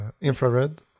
infrared